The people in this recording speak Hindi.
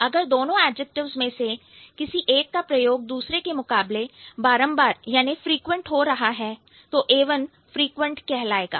अगर दोनों एडजेक्टिव्स में से किसी एक का प्रयोग दूसरे के मुकाबले बारंबार फ्रिक्वेंट हो रहा है तो A1 फ्रिक्वेंट कहलाएगा